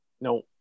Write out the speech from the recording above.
No